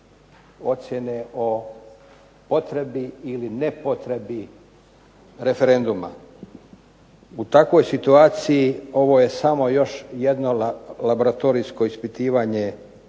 ocjene o potrebi ili ne potrebi referenduma. U takvoj situaciji ovo je samo još jedno laboratorijsko ispitivanje